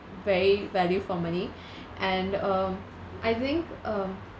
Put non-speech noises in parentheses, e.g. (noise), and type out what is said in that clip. very value for money (breath) and um I think um